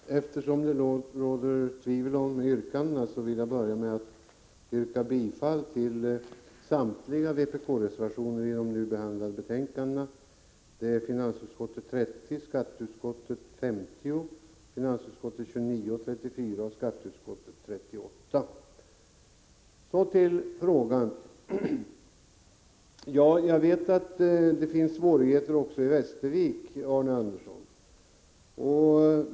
Herr talman! Eftersom det råder tvivel om yrkandena vill jag börja med att yrka bifall till samtliga vpk-reservationer i de nu behandlade betänkandena, finansutskottets betänkande 30, skatteutskottets betänkande 50, finansutskottets betänkanden 29 och 34 samt skatteutskottets betänkande 38. Så till frågan. Jag vet att det finns svårigheter också i Västervik, Arne Andersson i Gamleby.